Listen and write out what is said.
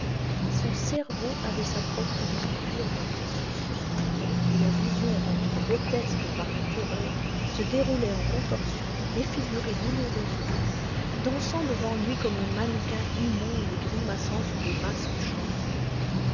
son cerveau avait sa propre nourriture dont il se sustentait et la vision rendue grotesque par la terreur se déroulait en contorsions défigurée douloureusement dansant devant lui comme un mannequin immonde et grimaçant sous des masques changeants